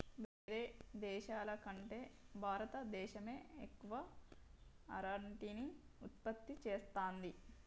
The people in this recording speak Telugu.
వేరే దేశాల కంటే భారత దేశమే ఎక్కువ అరటిని ఉత్పత్తి చేస్తంది